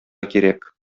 кирәк